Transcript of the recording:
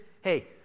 hey